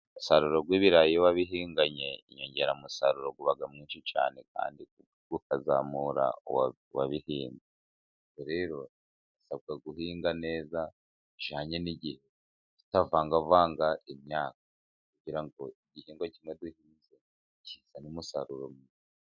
Umusaruro w'ibirayi biba bihinganye inyongeramusaruro uba mwinshi cyane, kandi ukazamura uwabihinze. Rero dusabwa guhinga neza bijyanye n'igihe tutavangavanga imyaka, kugira ngo igihingwa kiba gihinze kizane umusaruro.